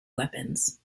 weapons